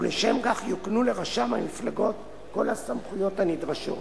ולשם כך יוקנו לרשם המפלגות כל הסמכויות הנדרשות.